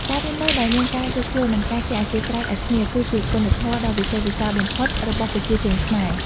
ការរស់នៅដោយមានការយោគយល់ និងការចេះអធ្យាស្រ័យឱ្យគ្នា គឺជាគុណធម៌ដ៏វិសេសវិសាលបំផុតរបស់ប្រជាជនខ្មែរ។